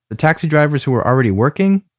the taxi drivers who were already working,